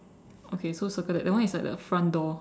okay so circle that that one is at the front door